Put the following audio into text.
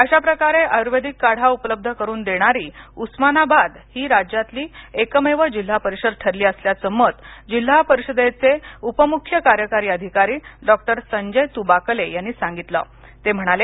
अशाप्रकारे आयुर्वेदिक काढा उपलब्ध करून देणारी उस्मानाबाद ही राज्यातील एकमेव जिल्हा परिषद ठरली असल्याच मत जिल्हा परिषदेचे उपमुख्य कार्यकारी अधिकारी डॉक्टर संजय तुबाकले यांनी सांगितलंते म्हणाले